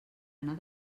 anar